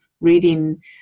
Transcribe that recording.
reading